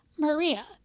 Maria